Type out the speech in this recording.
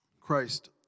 Christ